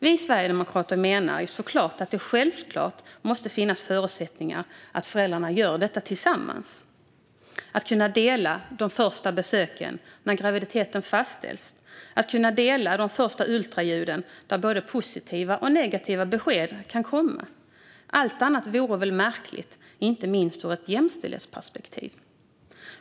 Vi sverigedemokrater menar att det självklart måste finnas förutsättningar för föräldrarna att göra detta tillsammans - att kunna dela de första besöken när graviditeten fastställs, att kunna dela de första ultraljuden där både positiva och negativa besked kan komma. Allt annat vore väl märkligt, inte minst ur ett jämställdhetsperspektiv.